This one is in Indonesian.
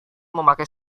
memakai